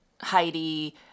Heidi